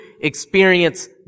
experience